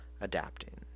adapting